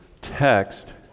text